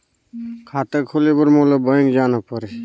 खाता खोले बर मोला बैंक जाना परही?